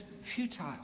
futile